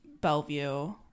Bellevue